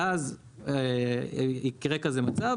ואז יקרה כזה מצב,